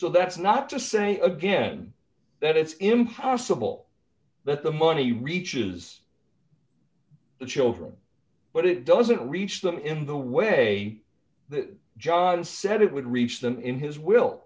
so that's not to say again that it's impossible that the money reaches the children but it doesn't reach them in the way the judge said it would reach them in his will